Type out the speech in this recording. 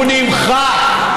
הוא נמחק,